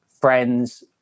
friends